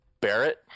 Barrett